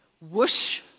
whoosh